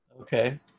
Okay